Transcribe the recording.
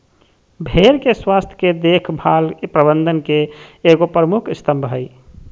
भेड़ के स्वास्थ के देख भाल प्रबंधन के एगो प्रमुख स्तम्भ हइ